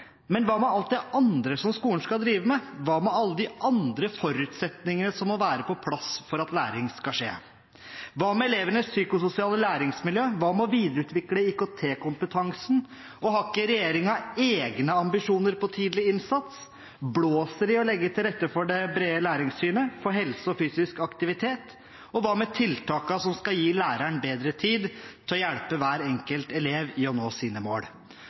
Men hva med alt det andre som skolen skal drive med? Hva med alle de andre forutsetningene som må være på plass for at læring skal skje? Hva med elevenes psykososiale læringsmiljø? Hva med å videreutvikle IKT-kompetansen? Har ikke regjeringen egne ambisjoner når det gjelder tidlig innsats? Blåser de i å legge til rette for det brede læringssynet, for helse og fysisk aktivitet? Hva med tiltakene som skal gi læreren bedre tid til å hjelpe hver enkelt elev med å nå sine mål?